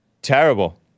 terrible